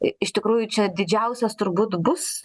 iš tikrųjų čia didžiausias turbūt bus